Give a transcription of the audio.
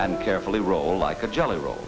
and carefully roll like a jelly roll